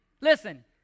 Listen